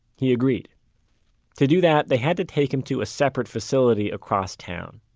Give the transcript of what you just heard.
he agreed to do that, they had to take him to a separate facility across town.